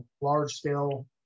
large-scale